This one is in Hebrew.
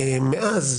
זה שמאז,